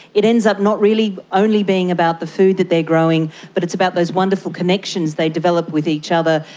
it ends up not really only being about the food that they are growing but it's about those wonderful connections they develop with each other,